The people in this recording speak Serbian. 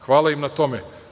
Hvala im na tome.